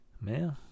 man